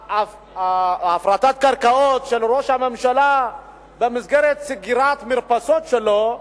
הפרטת קרקעות של ראש הממשלה במסגרת סגירת מרפסות שלו,